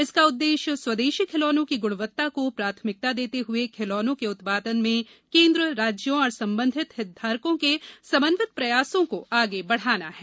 इसका उद्देश्य स्वदेशी खिलौनों की गुणवत्ता को प्राथमिकता देते हये खिलौनों के उत्पादन में केन्द्र राज्यों और संबंधित हितधारकों के समन्वित प्रयासों को आगे बढाना है